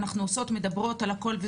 אנחנו עושות ומדברות על הכל,